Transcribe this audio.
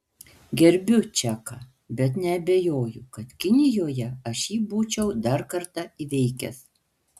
gerbiu čeką bet neabejoju kad kinijoje aš jį būčiau dar kartą įveikęs